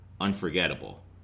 unforgettable